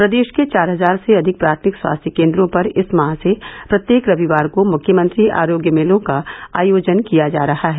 प्रदेश के चार हजार से अधिक प्राथमिक स्वास्थ्य केंद्रों पर इस माह से प्रत्येक रविवार को मुख्यमंत्री आरोग्य मेलों का आयोजन किया जा रहा है